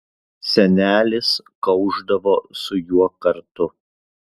senelis kaušdavo su juo kartu